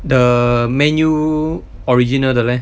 the man U original 的 leh